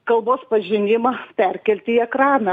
kalbos pažinimą perkelti į ekraną